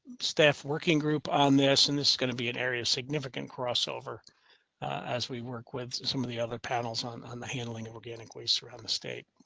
staff, working group on this. and this is going to be an area significant crossover as we work with some of the other panels on on the handling of organic ways around the state.